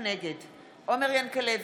נגד עומר ינקלביץ'